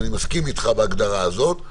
אני מסכים איתך בהגדרה הזאת,